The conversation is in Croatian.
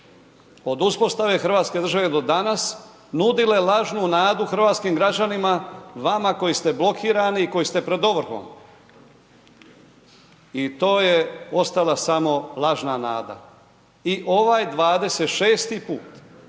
od uspostave hrvatske države do danas nudile lažnu nadu hrvatskim građanima, vama koji ste blokirani, koji ste pred ovrhom i to je ostala samo lažna nada i ovaj 26-ti put